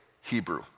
Hebrew